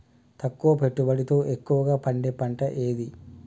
తక్కువ పెట్టుబడితో ఎక్కువగా పండే పంట ఏది?